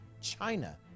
China